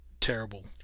terrible